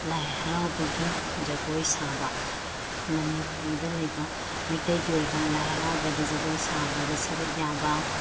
ꯂꯥꯏ ꯍꯔꯥꯎꯕꯒꯤ ꯖꯒꯣꯏ ꯁꯥꯕ ꯃꯅꯤꯄꯨꯔꯗ ꯂꯩꯕ ꯃꯩꯇꯩꯒꯤ ꯑꯣꯏꯕ ꯂꯥꯏ ꯍꯔꯥꯎꯕꯗ ꯖꯒꯣꯏ ꯁꯥꯕꯗ ꯁꯔꯨꯛ ꯌꯥꯕ